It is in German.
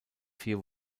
vier